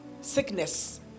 sickness